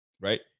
Right